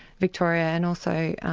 victoria, and also